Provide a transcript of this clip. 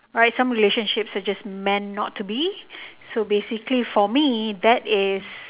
right some relationships are just meant not to be so basically for me that is